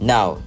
Now